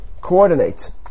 coordinate